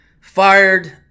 fired